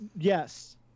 Yes